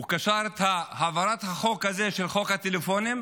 הוא קשר את העברת החוק הזה, חוק הטלפונים,